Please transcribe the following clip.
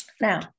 now